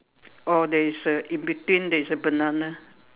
oh there is a in between there is a banana